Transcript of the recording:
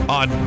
on